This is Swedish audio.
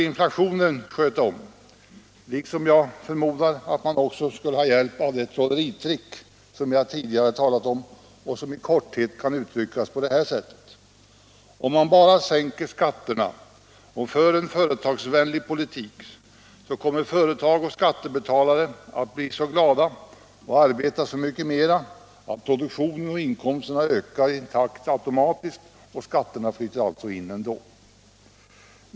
Inflationen skulle sköta om det hela, och jag förmodar att man också skulle ha hjälp av det trolleritrick som jag tidigare talat om och som i korthet kan uttryckas på följande sätt: Om man bara sänker skatterna och för en företagsvänlig politik, kommer företag och skattebetalare att bli så glada och arbeta så mycket mera att produktionen och inkomsterna ökar automatiskt med påföljd att skatterna flyter in ändå.